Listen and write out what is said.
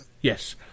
Yes